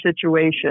situation